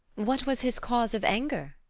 what was his cause of anger?